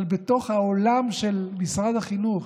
אבל בתוך העולם של משרד החינוך,